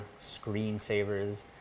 Screensavers